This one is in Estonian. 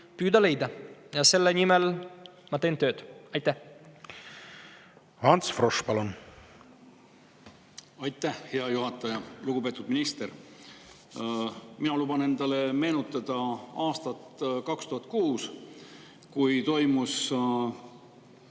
püüda see leida, ja selle nimel ma teen tööd. Ants Frosch, palun! Ants Frosch, palun! Aitäh, hea juhataja! Lugupeetud minister! Ma luban endale meenutada aastat 2006, kui toimus